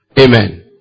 Amen